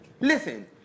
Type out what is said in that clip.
Listen